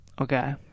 Okay